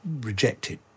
rejected